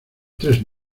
tres